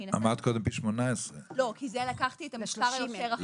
מבחינתנו --- אמרת קודם פי 18. כי לקחתי את המספר היותר רחב.